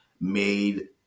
made